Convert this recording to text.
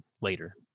later